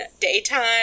daytime